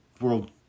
world